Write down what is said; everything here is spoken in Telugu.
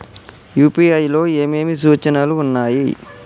యూ.పీ.ఐ లో ఏమేమి సూచనలు ఉన్నాయి?